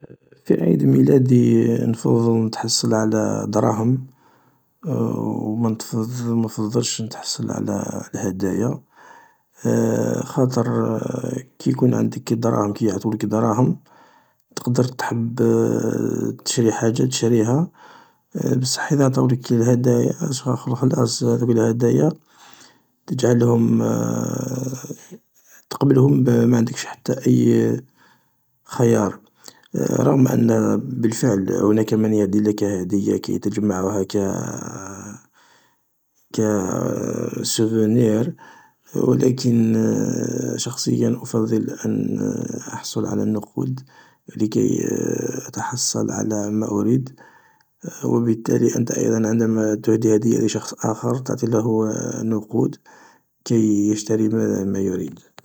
في عيد ميلادي نفضل نتحصل على الدراهم ومنفضلش نتحصل على الهدايا خاطر كي يكون عندك دراهم، كي يعطولك الدراهم تقدر تحب تشري حاجة تشريها بصح اذا اعطاولك الهدايا شغل خلاص هاذوك الهدايا تجعلهم تقيلهم معندكش حتى أي خيار، رغم أن بالفعل هناك من يهدي لك هدية تجمعها كسوفونير، ولكن شخصيا أفضل أن أحصل على النقود لكي أتحصل على ما أريد و بالتالي أنت كذلك عندما تهدي هدية لشخص آخر، تعطي له نقود كي يشتري ما يريد.